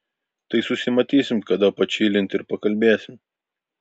tai susimatysim kada pačilint ir pakalbėsim